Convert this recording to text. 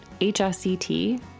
HSCT